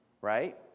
Right